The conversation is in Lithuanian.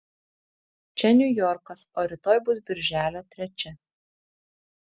čia niujorkas o rytoj bus birželio trečia